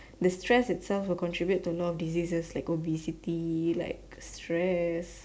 the stress itself will contribute to a lot of diseases like obesity like stress